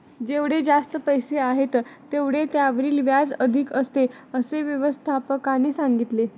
जेवढे जास्त पैसे आहेत, तेवढे त्यावरील व्याज अधिक असते, असे व्यवस्थापकाने सांगितले